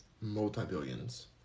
Multi-billions